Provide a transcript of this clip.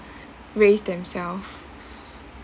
raise themselves